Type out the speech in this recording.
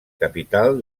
capital